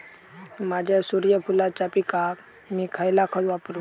माझ्या सूर्यफुलाच्या पिकाक मी खयला खत वापरू?